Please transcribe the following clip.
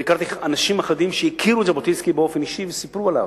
והכרתי אנשים אחדים שהכירו את ז'בוטינסקי באופן אישי וסיפרו עליו.